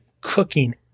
cooking